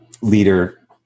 leader